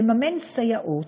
לממן סייעות